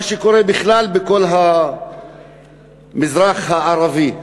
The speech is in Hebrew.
מה שקורה בכלל בכל המזרח הערבי.